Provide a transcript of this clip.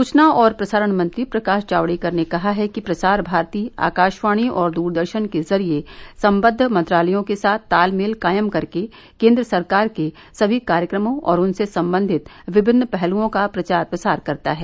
सूचना और प्रसारण मंत्री प्रकाश जावड़ेकर ने कहा है कि प्रसार भारती आकाशवाणी और दूरदर्शन के जरिये सम्बद्ध मंत्रालयों के साथ तालमेल कायम करके केन्द्र सरकार के सभी कार्यक्रमों और उनसे संबंधित विभिन्न पहलुओं का प्रचार प्रसार करता है